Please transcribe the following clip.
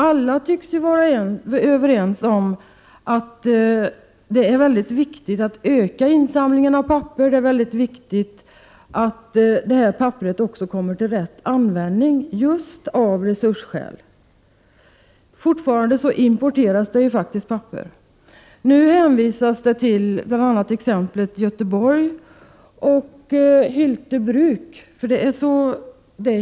Alla tycks vara överens om att det är viktigt att öka insamlingen av papper och att papperet också kommer till användning på rätt sätt just av resursskäl. Fortfarande importeras faktiskt papper. Nu hänvisas bl.a. till exemplet Göteborgs kommun och Hylte Bruk.